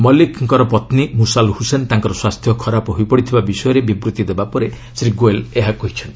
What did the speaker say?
ମଲିକଙ୍କର ପତ୍ନୀ ମୁଷାଲ୍ ହୁସେନ୍ ତାଙ୍କର ସ୍ୱାସ୍ଥ୍ୟ ଖରାପ ହୋଇପଡ଼ିଥିବା ବିଷୟରେ ବିବୃତ୍ତି ଦେବା ପରେ ଶ୍ରୀ ଗୋଏଲ୍ ଏହା କହିଚ୍ଚନ୍ତି